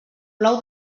plou